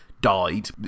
died